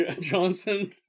Johnson